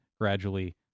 gradually